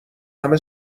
همه